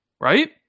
right